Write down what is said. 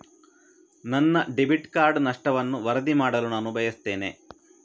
ನನ್ನ debit card ನಷ್ಟವನ್ನು ವರದಿ ಮಾಡಲು ನಾನು ಬಯಸ್ತೆನೆ